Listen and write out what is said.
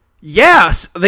Yes